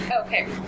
Okay